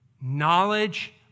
Knowledge